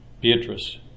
Beatrice